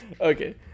Okay